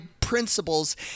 principles